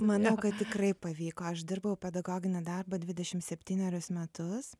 manau kad tikrai pavyko aš dirbau pedagoginį darbą dvidešim septynerius metus